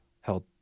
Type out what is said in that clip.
held